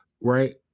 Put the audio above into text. right